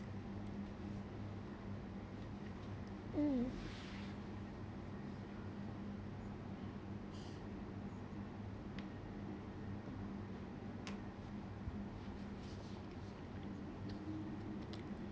mm